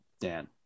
Dan